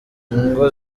ingo